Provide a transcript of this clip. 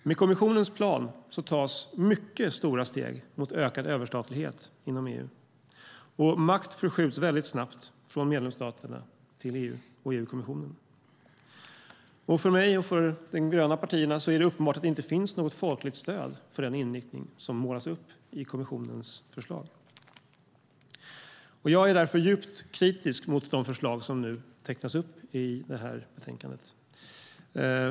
Med kommissionens plan tas mycket stora steg mot ökad överstatlighet inom EU. Makt förskjuts väldigt snabbt från medlemsstaterna till EU och EU-kommissionen. För mig och för de gröna partierna är det uppenbart att det inte finns något folkligt stöd för den inriktning som målas upp i kommissionens förslag. Jag är därför djupt kritisk till de förslag som nu upptecknas i detta utlåtande.